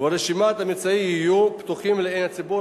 ורשימת המצאי יהיו פתוחים לעיון הציבור,